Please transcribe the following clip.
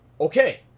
Okay